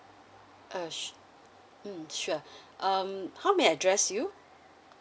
uh su~ mm sure um how may I address you